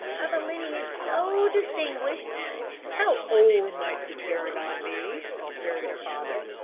of a lineage so distinguished how old might this paragon be? queried her father.